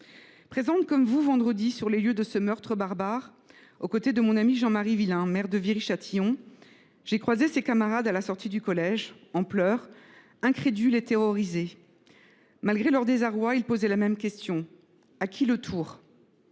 Présente, comme vous, vendredi sur les lieux de ce meurtre barbare aux côtés de mon ami Jean Marie Vilain, maire de Viry Châtillon, j’ai croisé à la sortie du collège ses camarades, en pleurs, incrédules et terrorisés. Malgré leur désarroi, ils posaient tous la même question :« À qui le tour ?